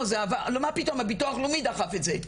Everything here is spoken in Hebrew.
מה פתאום, הביטוח הלאומי דחף את זה.